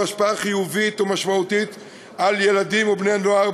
השפעה חיובית משמעותית על ילדים ובני-נוער,